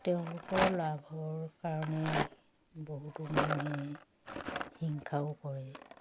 তেওঁলোকৰ লাভৰ কাৰণে বহুতো মানুহে হিংসাও কৰে